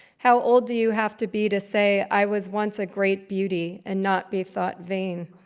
how old do you have to be to say, i was once a great beauty, and not be thought vain?